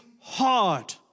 hard